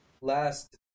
Last